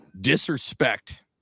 disrespect